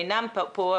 אינם פה,